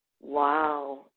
Wow